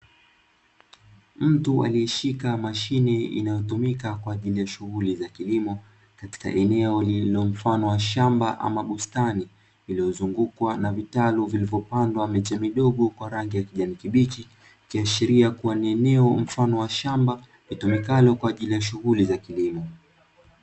Mtu aliyeshika mashine inayotumika kwa ajili ya Shughuli ya kilimo, katika eneo lililo mfano wa shamba ama bustani lililozungukwa na vitaru vilivyopangwa miche midogo midogo kwa rangi ya kijani kibichi, ikiashiria kuwa ni eneo mfano wa shamba litumikalo kwa ajili ya shughuli za kilimo.